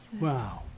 Wow